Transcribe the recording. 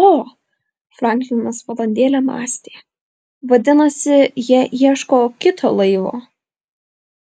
o franklinas valandėlę mąstė vadinasi jie ieško kito laivo